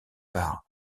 par